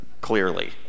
clearly